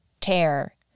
tear